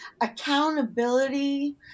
accountability